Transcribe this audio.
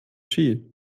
ski